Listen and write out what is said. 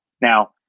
Now